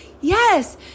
Yes